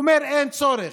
והוא אמר שאין צורך,